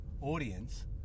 audience